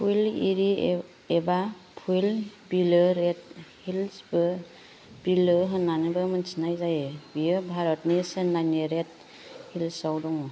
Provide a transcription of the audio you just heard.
पुझाल एरि एबा पुझाल बिलो रेड हिल्स बिलो होननाबो मिथिनाय जायो बियो भारतनि चेन्नायनि रेड हिल्सआव दं